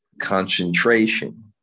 concentration